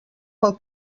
pel